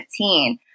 2015